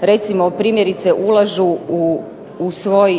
recimo primjerice ulažu u svoj